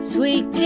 Sweet